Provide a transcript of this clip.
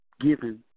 given